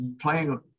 playing